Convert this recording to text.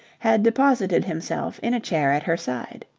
had deposited himself in a chair at her side.